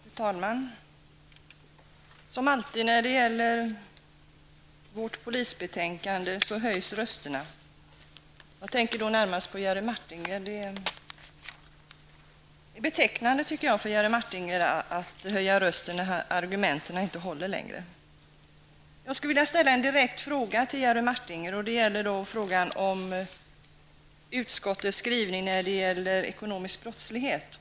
Fru talman! Som alltid när det gäller vårt polisbetänkande höjs rösterna. Jag tänker då närmast på Jerry Martingers anförande. Det är betecknande, tycker jag, för Jerry Martinger att höja rösten när inte argumenten håller längre. Jag vill ställa en direkt fråga till Jerry Martinger om utskottets skrivning när det gäller ekonomisk brottslighet.